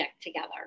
together